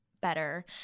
better